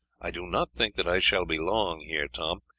i do not think that i shall be long here, tom.